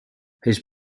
his